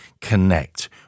connect